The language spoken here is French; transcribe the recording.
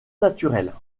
naturelle